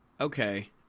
okay